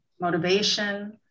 motivation